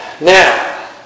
Now